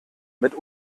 mit